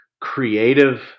creative